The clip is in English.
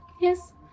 Yes